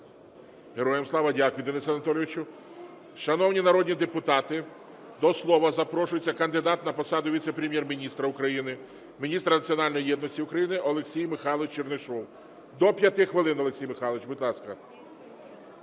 Дякую, Денисе Анатолійовичу. Шановні народні депутати, до слова запрошується кандидат на посаду Віце-прем'єр-міністра України – Міністра національної єдності України Олексій Михайлович Чернишов. До 5 хвилин, Олексій Михайлович, будь ласка.